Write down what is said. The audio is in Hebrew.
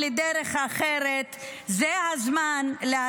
זה הזמן לדרך אחרת,